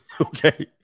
Okay